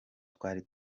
twari